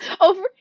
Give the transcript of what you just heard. over